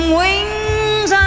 wings